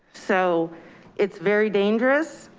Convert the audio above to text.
so it's very dangerous.